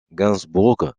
gainsbourg